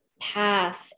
path